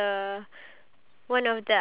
what's your favourite